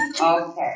Okay